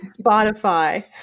Spotify